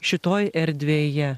šitoj erdvėje